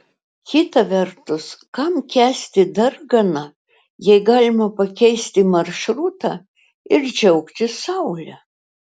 kita vertus kam kęsti darganą jei galima pakeisti maršrutą ir džiaugtis saule